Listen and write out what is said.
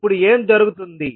ఇప్పుడు ఏం జరుగుతుంది